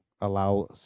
allow